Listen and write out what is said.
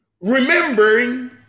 Remembering